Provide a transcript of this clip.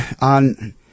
on